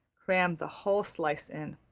crammed the whole slice in.